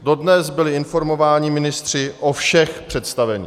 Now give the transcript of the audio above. Dodnes byli informováni ministři o všech představených.